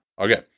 Okay